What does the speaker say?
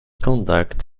conduct